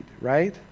right